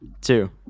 Two